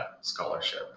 scholarship